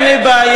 אין לי בעיה,